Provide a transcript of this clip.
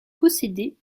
possédée